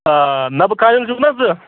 آ نَبہٕ کانیُل چھُکھ نا ژٕ